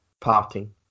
parting